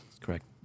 Correct